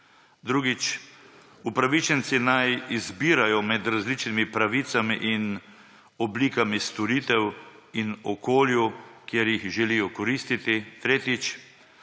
Drugič, upravičenci naj izbirajo med različnimi pravicami in oblikami storitev in okolju, kjer jih želijo koristiti. Tretjič,